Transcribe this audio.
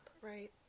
Right